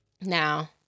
now